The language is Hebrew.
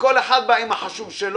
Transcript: שכל אחד בא עם החשוב שלו.